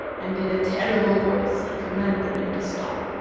and in a terrible voice he commanded them to stop.